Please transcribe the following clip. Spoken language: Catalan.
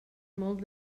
molt